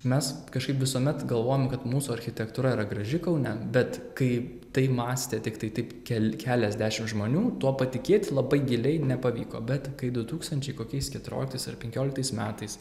mes kažkaip visuomet galvojom kad mūsų architektūra yra graži kaune bet kai taip mąstė tiktai taip keli keliasdešim žmonių tuo patikėti labai giliai nepavyko bet kai du tūkstančiai kokiais keturioliktais ar penkioliktais metais